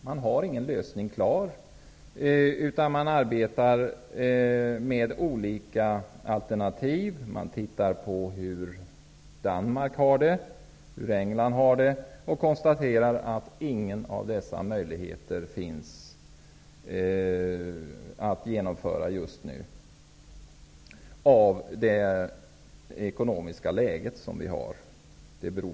Det finns ingen lösning klar, utan man arbetar med olika alternativ. England har gjorts. Men man har konstaterat att det inte finns någon möjlighet att genomföra någon förändring just nu beroende på det ekonomiska läge som nu råder.